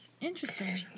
Interesting